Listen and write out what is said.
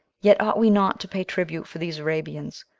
yet ought we not to pay tribute for these arabians,